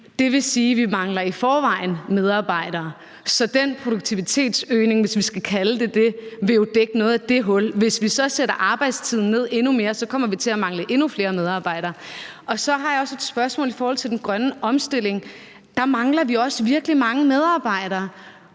Det vil sige – og vi mangler i forvejen medarbejdere – at den produktivitetsøgning, hvis vi skal kalde det for det, jo vil dække noget af det hul. Hvis vi så sætter arbejdstiden endnu mere ned, kommer vi til at mangle endnu flere medarbejdere. Så har jeg også et spørgsmål i forhold til den grønne omstilling. Der mangler vi også virkelig mange medarbejdere.